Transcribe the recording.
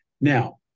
Now